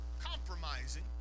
compromising